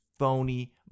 phony